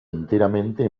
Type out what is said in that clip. enteramente